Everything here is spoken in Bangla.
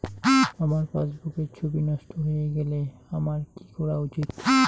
আমার পাসবুকের ছবি নষ্ট হয়ে গেলে আমার কী করা উচিৎ?